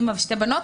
אימא ושתי בנות,